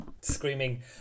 screaming